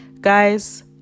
Guys